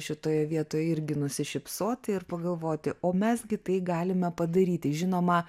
šitoje vietoje irgi nusišypsoti ir pagalvoti o mes gi tai galime padaryti žinoma